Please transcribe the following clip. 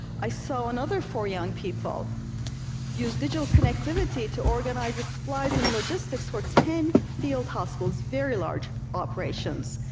i saw another four young people use digital connectivity to organize the supplies and logistics for ten field hospitals, very large operations,